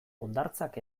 hondartzak